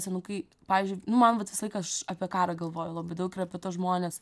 senukai pavyzdžiui nu man vat visą laiką aš apie karą galvoju labai daug apie tuos žmones